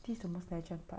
this is the most natural part